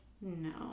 No